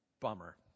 bummer